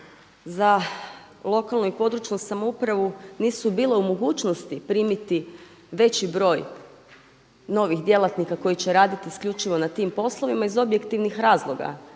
za lokalnu i područnu samoupravu nisu bile u mogućnosti primiti veći broj novih djelatnika koji će raditi isključivo na tim poslovima iz objektivnih razloga